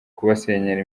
kubasenyera